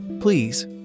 Please